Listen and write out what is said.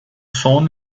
sohn